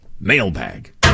Mailbag